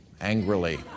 angrily